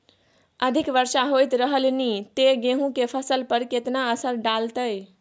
अधिक वर्षा होयत रहलनि ते गेहूँ के फसल पर केतना असर डालतै?